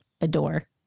adore